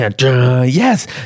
yes